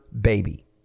baby